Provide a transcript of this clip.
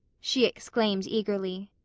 she exclaimed eagerly.